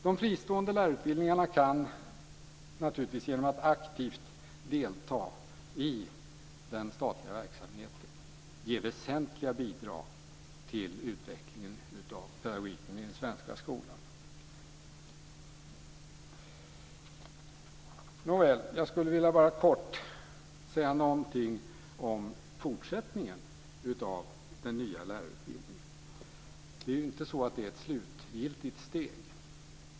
De fristående lärarutbildningarna kan naturligtvis genom att aktivt delta i den statliga verksamheten ge väsentliga bidrag till utvecklingen av pedagogiken i den svenska skolan. Jag skulle bara kort vilja säga något om fortsättningen av den nya lärarutbildningen. Denna är inte ett slutgiltigt steg.